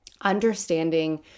understanding